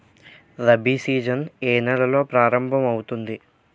Rabi season ఏ నెలలో ప్రారంభమౌతుంది?